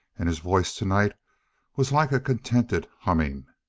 and his voice tonight was like a contented humming.